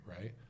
right